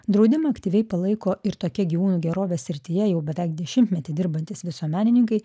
draudimą aktyviai palaiko ir tokie gyvūnų gerovės srityje jau beveik dešimtmetį dirbantys visuomenininkai